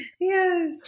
yes